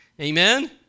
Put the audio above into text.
Amen